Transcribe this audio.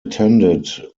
attended